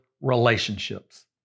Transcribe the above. relationships